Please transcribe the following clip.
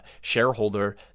shareholder